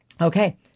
Okay